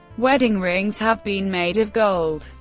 wedding rings have been made of gold.